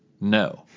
no